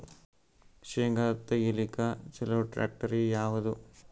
ಶೇಂಗಾ ತೆಗಿಲಿಕ್ಕ ಚಲೋ ಟ್ಯಾಕ್ಟರಿ ಯಾವಾದು?